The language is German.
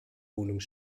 wohnung